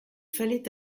fallait